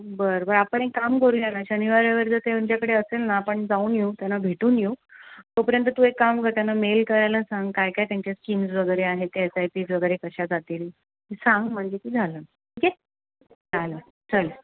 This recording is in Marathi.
बरं बरं आपण एक काम करू याला शनिवार रविवार जर ते त्यांच्याकडे असेल ना आपण जाऊन येऊ त्यांना भेटून येऊ तोपर्यंत तू एक काम करताना मेल करायला सांग काय काय त्यांच्या स्कीम्ज वगैरे आहेत ते एस आय पीज वगैरे कशा जातील सांग म्हणजे तू झालं ठीक आहे चलं चालेल